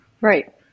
Right